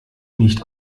nicht